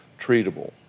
treatable